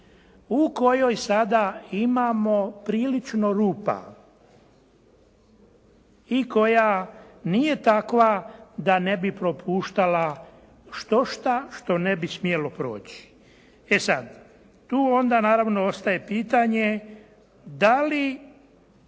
u kojoj sada imamo prilično rupa i koja nije takva da ne bi propuštala štošta što ne bi smjelo proći. E sada tu onda naravno ostaje pitanje da li